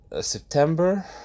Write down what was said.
September